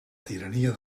tirania